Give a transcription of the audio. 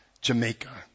Jamaica